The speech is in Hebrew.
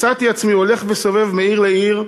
מצאתי עצמי הולך וסובב מעיר לעיר,